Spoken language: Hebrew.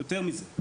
יותר מזה,